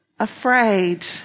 afraid